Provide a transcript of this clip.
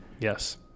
yes